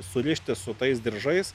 surišti su tais diržais